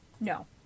No